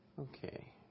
Okay